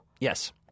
Yes